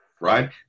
right